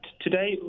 today